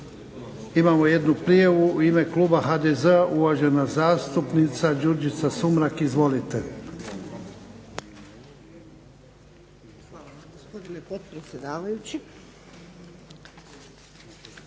Imamo jednu prijavu, u ime kluba HDZ-a uvažena zastupnica Đurđica Sumrak. Izvolite.